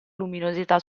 luminosità